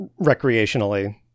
Recreationally